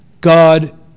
God